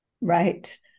Right